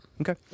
Okay